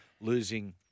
losing